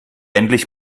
endlich